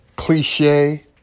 Cliche